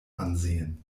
ansehen